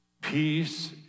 peace